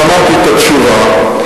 שמעתי את התשובה.